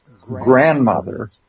grandmother